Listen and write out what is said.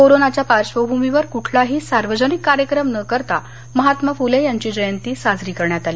कोरोनाच्या पार्श्वभूमीवर कुठलाही सार्वजनिक कार्यक्रम न करता महात्मा फुले यांची जयंती साजरी करण्यात आली